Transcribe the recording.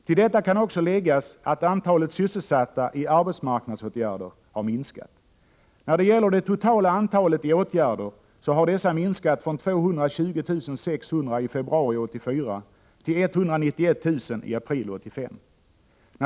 Till detta kan också läggas att antalet sysselsatta i arbetsmarknadsåtgärder har minskat. När det gäller det totala antalet sysselsatta i sådana åtgärder, har dessa minskat från 220 600 i februari 1984 till 191 000 i april 1985.